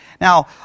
Now